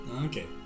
Okay